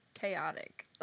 chaotic